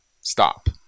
stop